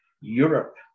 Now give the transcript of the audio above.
Europe